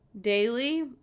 daily